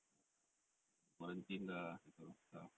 nak nak quarantine lah that kind of stuff